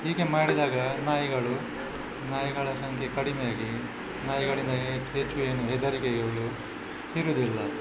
ಹೀಗೆ ಮಾಡಿದಾಗ ನಾಯಿಗಳು ನಾಯಿಗಳ ಸಂಖ್ಯೆ ಕಡಿಮೆಯಾಗಿ ನಾಯಿಗಳಿಂದ ಹೆಚ್ಚಿಗೆ ಏನು ಹೆದರಿಕೆಗಳು ಇರೋದಿಲ್ಲ